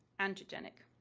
androgenic.